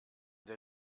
der